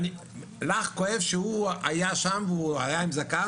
לך כואב שהוא היה שם והוא היה עם זקן,